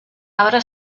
arbre